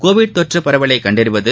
Covid தொற்று பரவலை கண்டறிவது